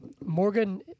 Morgan